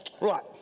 Right